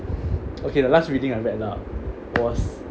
okay the last reading I read lah was